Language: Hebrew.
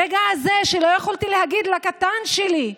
הרגע הזה שלא יכולתי להגיד לקטן שלי,